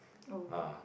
oh